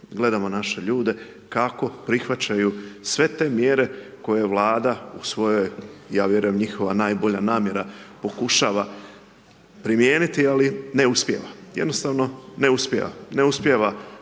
Gledamo naše ljude kako prihvaćaju sve te mjere koje Vlada u svojoj, ja njihova najbolja namjera, pokušava primijeniti ali ne uspijeva, jednostavno ne uspijeva, ne uspijeva